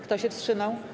Kto się wstrzymał?